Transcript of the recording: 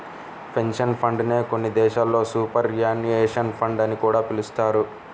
pension fund నే కొన్ని దేశాల్లో సూపర్ యాన్యుయేషన్ ఫండ్ అని కూడా పిలుస్తారు